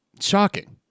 Shocking